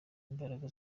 imbaraga